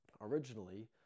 originally